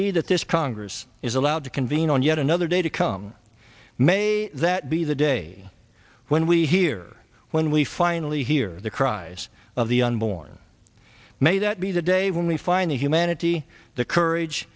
be that this congress is allowed to convene on yet another day to come may that be the day when we hear when we finally hear the cries of the unborn may that be the day when we find the humanity the courage